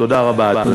תודה רבה, אדוני.